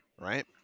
right